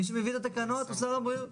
מי שמביא את התקנות הוא שר הבריאות.